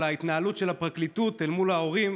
על ההתנהלות של הפרקליטות אל מול ההורים,